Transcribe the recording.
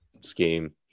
scheme